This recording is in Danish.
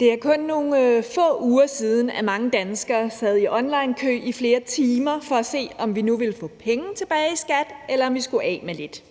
Det er kun nogle få uger siden, at mange danskere sad i onlinekø i flere timer for at se, om vi nu ville få penge tilbage skat, eller om vi skulle af med lidt.